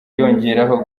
yongeraho